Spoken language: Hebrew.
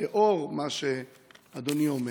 לאור מה שאדוני אומר,